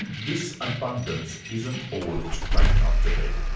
this abundance isn't all it's cracked up to be.